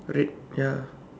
red ya